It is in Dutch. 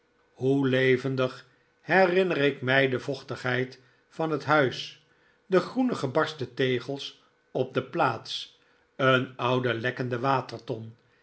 hoe levendig herinner ik mij de vochtigheid van het huis de groene gebarsten tegels op de plaats een oude lekkende waterton